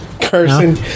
Carson